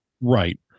right